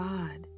God